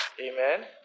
amen